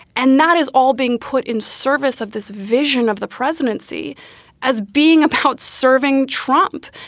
and that is all being put in service of this vision of the presidency as being about serving trump.